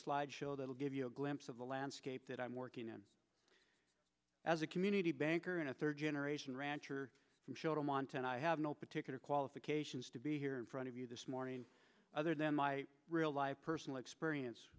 slide show that will give you a glimpse of the landscape that i'm working on as a community banker and a third generation rancher from show to montana i have no particular qualifications to be here in front of you this morning other than my real life personal experience